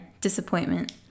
disappointment